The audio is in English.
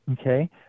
okay